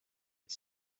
est